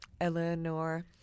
Eleanor